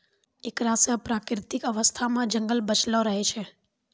एकरा से प्राकृतिक अवस्था मे जंगल बचलो रहै छै